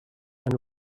and